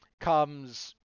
comes